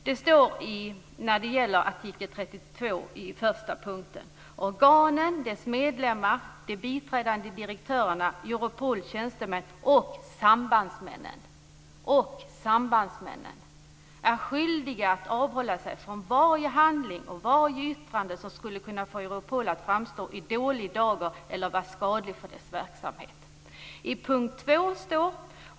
Det heter i artikel 32 första punkten: observera "och sambandsmännen" - "är skyldiga att avhålla sig från varje handling och varje yttrande som skulle kunna få Europol att framstå i dålig dager eller vara skadlig för dess verksamhet."